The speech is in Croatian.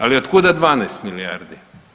Ali od kuda 12 milijardi?